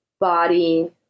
body